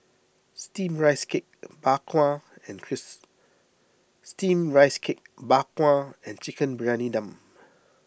Steamed Rice Cake Bak Kwa and Chris Steamed Rice Cake Bak Kwa and Chicken Briyani Dum